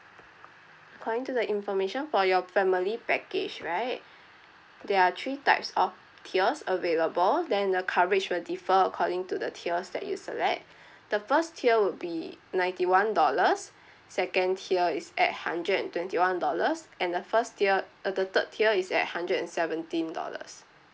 according to the information for your family package right there are three types of tiers available then the coverage will differ according to the tiers that you select the first tier would be ninety one dollars second tier is at hundred and twenty one dollars and the first tier uh the third tier is at hundred and seventeen dollars